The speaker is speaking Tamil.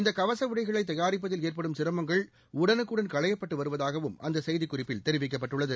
இந்த கவச உடைகளை தயாரிப்பதில் ஏற்படும் சிரமங்கள் உடலுக்குடன் களையப்பட்டு வருவதாகவும் அந்த செய்திக்குறிப்பில் தெரிவிக்கப்பட்டுள்ளது